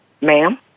ma'am